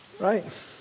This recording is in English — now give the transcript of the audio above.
right